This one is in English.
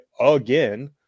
again